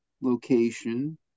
location